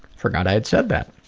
forgot i had said that.